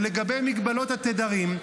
ולגבי מגבלות התדרים,